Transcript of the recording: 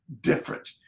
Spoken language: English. different